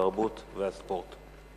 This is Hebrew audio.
התרבות והספורט.